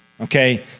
okay